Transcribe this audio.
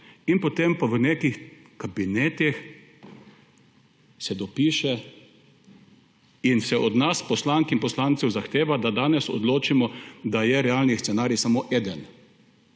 in potem v nekih kabinetih se dopiše in se od nas, poslank in poslancev, zahteva, da danes odločimo, da je realen scenarij samo eden